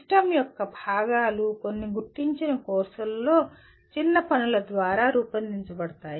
system యొక్క భాగాలు కొన్ని గుర్తించిన కోర్సులలో చిన్న పనుల ద్వారా రూపొందించబడతాయి